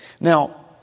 Now